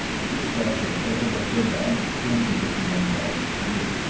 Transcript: she is left with a favorable trade balance of two hundred and fifty million dollars a year.